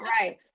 Right